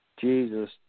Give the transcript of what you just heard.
Jesus